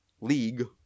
League